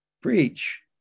preach